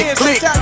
click